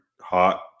hot